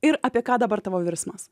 ir apie ką dabar tavo virsmas